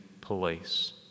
place